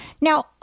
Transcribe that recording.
Now